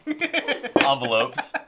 envelopes